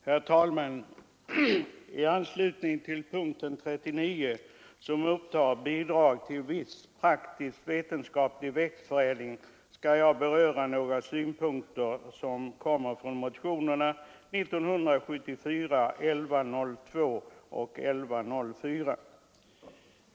Herr talman! I anslutning till punkten 39 som upptar bidrag till viss praktiskt vetenskaplig växtförädling skall jag beröra några synpunkter i motionerna 1102 och 1104.